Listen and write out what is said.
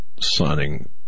signing